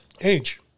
Age